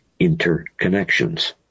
interconnections